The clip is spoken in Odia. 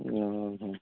ଉଁ ଅଃ